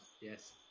yes